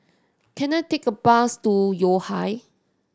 can I take a bus to Yo Ha